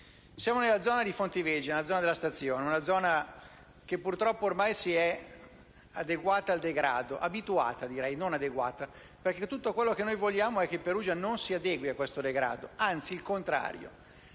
Siamo nella zona di Fontivegge, nei pressi della stazione, una zona che purtroppo si è adeguata, anzi direi abituata al degrado e non adeguata, perché tutto quello che vogliamo è che Perugia non si adegui a questo degrado, anzi il contrario.